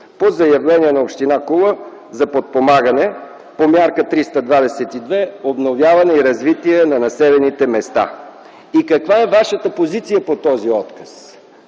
по заявление на община Кула за подпомагане по мярка 322 - „Обновяване и развитие на населените места”, и каква е Вашата позиция по този отказ,